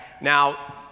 Now